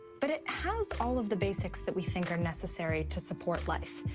but it has all of the basics that we think are necessary to support life.